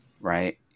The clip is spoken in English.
right